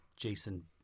Jason